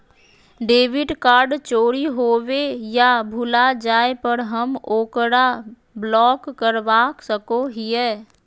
debit card चोरी होवे या भुला जाय पर हम ओकरा ब्लॉक करवा सको हियै